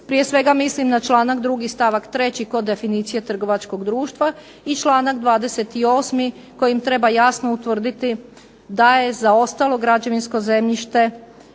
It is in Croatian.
Prije svega mislim na članak 2. stavak 3. kod definicije trgovačkog društva i članak 28. kojim treba jasno utvrditi da je za ostalo građevinsko zemljište